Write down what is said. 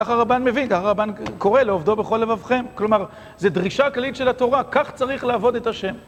כך הרבן מביא, כך הרבן קורא לעובדו בכל לבבכם. כלומר, זו דרישה כללית של התורה, כך צריך לעבוד את השם.